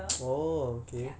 err it's a nice gesture ya